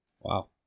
Wow